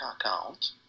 account